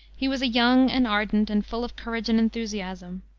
he was young and ardent, and full of courage and enthusiasm.